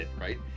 right